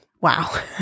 Wow